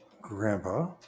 Grandpa